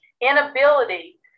inability